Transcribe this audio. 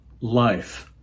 life